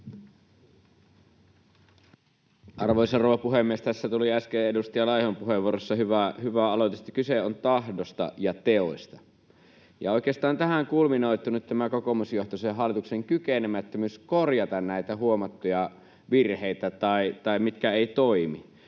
Arvoisa rouva puhemies! Tässä tuli äsken edustaja Laihon puheenvuorossa hyvä aloitus, että kyse on tahdosta ja teoista. Oikeastaan tähän kulminoituu nyt tämän kokoomusjohtoisen hallituksen kykenemättömyys korjata näitä huomattuja virheitä, mitkä eivät toimi.